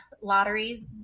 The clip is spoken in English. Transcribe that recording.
lottery